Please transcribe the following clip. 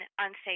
unsafe